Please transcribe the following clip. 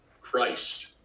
Christ